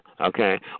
okay